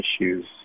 issues